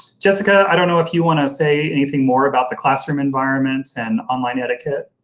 jessica, i don't know if you want to say anything more about the classroom environment and online etiquette.